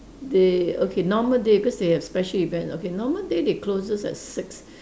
they okay normal day cause they have special event okay normal day they closes at six